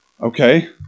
Okay